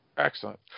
Excellent